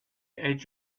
edge